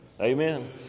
Amen